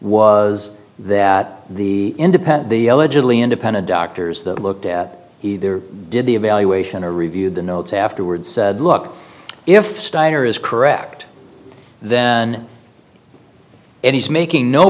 was that the independent the legibly independent doctors that looked at either did the evaluation to review the notes afterwards said look if steiner is correct then and he's making no